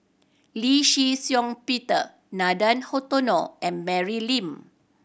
Lee Shih Shiong Peter Nathan Hartono and Mary Lim